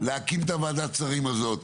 למנכ"ל משרד ראש הממשלה להקים את ועדת השרים הזאת,